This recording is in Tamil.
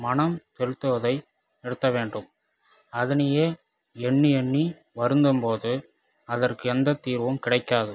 மனம் செலுத்துவதை நிறுத்த வேண்டும் அதனையே எண்ணியெண்ணி வருந்தும் போது அதற்கு எந்த தீர்வும் கிடைக்காது